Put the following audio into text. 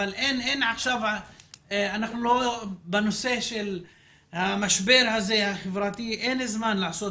אבל עכשיו אנחנו במשבר חברתי ואין זמן לעשות